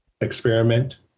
experiment